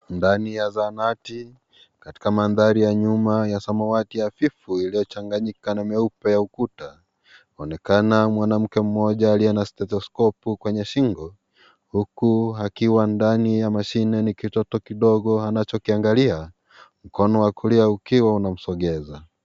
Ndani ya zahanati. Katika mandhari ya nyuma ya samawati hafifu yaliochanganyika na meupe ya ukuta, aonekana mwanamke mmoja aliye na stethoskopu kwenye shingo huku akiwa ndani ya mashine na kitoto kidogo anachokiangalia, mkono wa kulia ukiwa unamsogeza.